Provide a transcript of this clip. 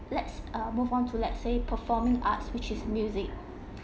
let's uh move on to let say performing arts which is music